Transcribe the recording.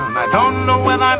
i don't know when um